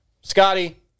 Scotty